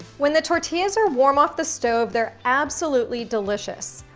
when the tortillas are warm off the stove, they're absolutely delicious.